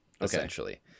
essentially